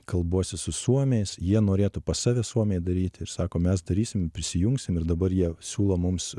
kalbuosi su suomiais jie norėtų pas save suomiai daryti ir sako mes darysim prisijungsim ir dabar jie siūlo mums